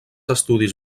estudis